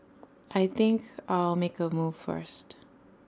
I think I'll make A move first